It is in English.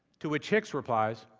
to which hicks replies,